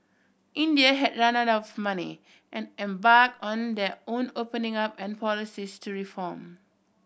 India had run out of money and embarked on their own opening up and policies to reform